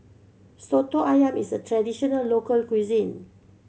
Soto Ayam is a traditional local cuisine